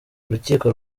urukiko